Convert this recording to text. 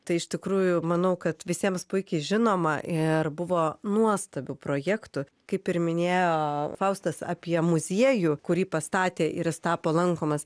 tai iš tikrųjų manau kad visiems puikiai žinoma ir buvo nuostabių projektų kaip ir minėjo faustas apie muziejų kurį pastatė ir jis tapo lankomas